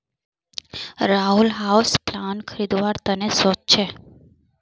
Rahul houseplant खरीदवार त न सो च छ